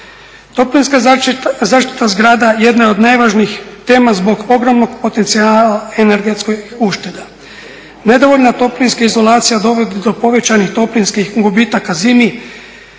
Toplinska zaštita zgrada jedna je od najvažnijih tema zbog ogromnog potencijala energetskih ušteda. Nedovoljna toplinska izolacija dovodi do povećanih toplinskih gubitaka zimi,